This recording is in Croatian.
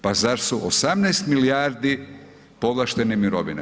Pa zar su 18 milijardi povlaštene mirovine?